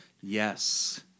Yes